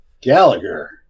Gallagher